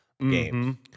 games